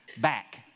back